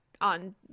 on –